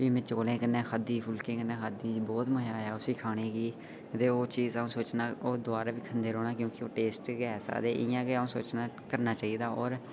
फ्ही में चौलें कन्नै खाद्धी फ्ही में फुल्कें कन्नै खाद्धी बहुत मजा आया उसी खाने गी फ्ही में सोचना दोबारा बी खंदे रौह्ना टेस्ट गै ऐसा इ'यां गै करना चाहिदा और अस